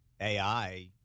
AI